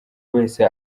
wese